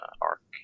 arc